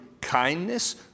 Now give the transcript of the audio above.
kindness